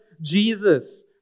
jesus